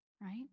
right